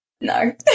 No